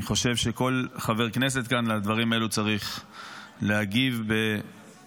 אני חושב שעל הדברים האלו כל חבר כנסת כאן צריך להגיב בחריפות,